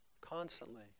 constantly